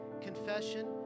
Confession